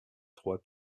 trois